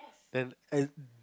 then and